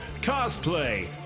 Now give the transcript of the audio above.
cosplay